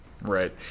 Right